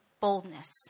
boldness